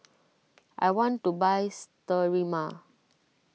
I want to buy Sterimar